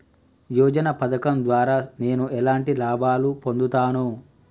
యోజన పథకం ద్వారా నేను ఎలాంటి లాభాలు పొందుతాను?